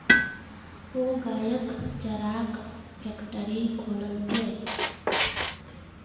ओ गायक चाराक फैकटरी खोललकै